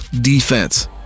defense